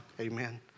Amen